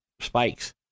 spikes